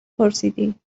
پرسیدی